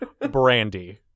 brandy